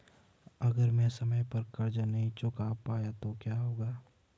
अगर मैं समय पर कर्ज़ नहीं चुका पाया तो क्या होगा?